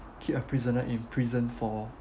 keep a prisoner in prison for